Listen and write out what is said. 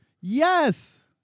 Yes